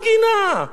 הוא גינה.